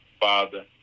Father